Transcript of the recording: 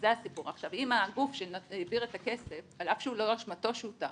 אם הגוף שהעביר את הכסף על אף שהוא לא אשמתו שהוא טעה,